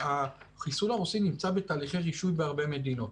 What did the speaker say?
החיסון הרוסי נמצא בתהליכי רישוי בהרבה מדינות.